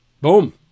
Boom